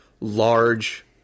large